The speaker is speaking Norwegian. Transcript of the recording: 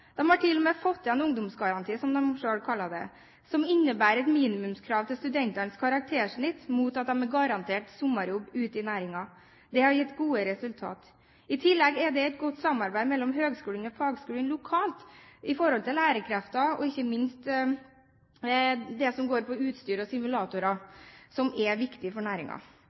har til og med fått til en ungdomsgaranti, som de selv kaller det, som innebærer et minimumskrav til studentenes karaktersnitt mot at de er garantert sommerjobb ute i næringen. Det har gitt gode resultater. I tillegg er det et godt samarbeid mellom høgskolen og fagskolen lokalt i forhold til lærekrefter, og ikke minst det som går på utstyr og simulatorer, som er viktig for